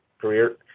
career